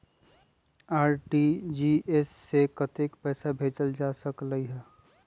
RTGS से कतेक पैसा भेजल जा सकहु???